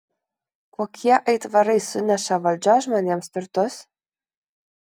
kokie aitvarai suneša valdžios žmonėms turtus